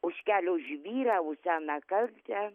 už kelio žvyrą už seną kaltę